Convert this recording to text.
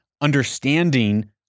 understanding